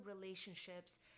relationships